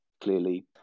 clearly